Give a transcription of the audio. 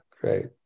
Great